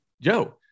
Joe